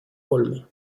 holm